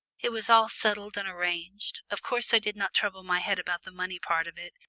it was all settled and arranged of course i did not trouble my head about the money part of it,